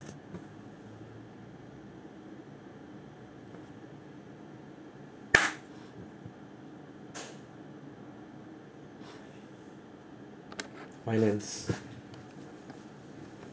finance